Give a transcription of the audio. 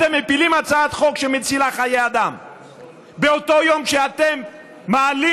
אתם מפילים הצעת חוק שמצילה חיי אדם באותו יום שאתם מעלים